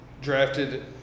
drafted